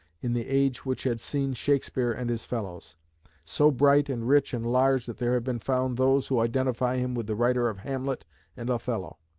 in the age which had seen shakespeare and his fellows so bright and rich and large that there have been found those who identify him with the writer of hamlet and othello.